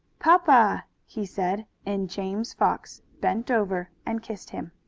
papa! he said, and james fox bent over and kissed him.